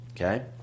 Okay